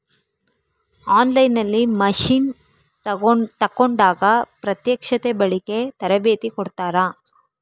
On line ನಲ್ಲಿ machine ತೆಕೋಂಡಾಗ ಪ್ರತ್ಯಕ್ಷತೆ, ಬಳಿಕೆ, ತರಬೇತಿ ಕೊಡ್ತಾರ?